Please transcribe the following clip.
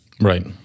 Right